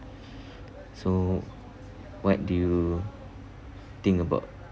so what do you think about